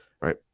right